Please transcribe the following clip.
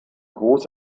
groß